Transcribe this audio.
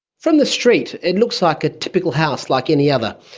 from the street it looks like a typical house like any other.